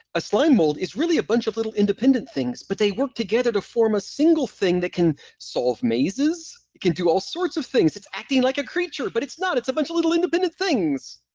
a slime mold is really a bunch of little independent things, but they work together to form a single thing that can solve mazes, it can do all sorts of things. it's acting like a creature, but it's not! it's a bunch of little independent things!